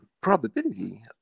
probability